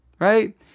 right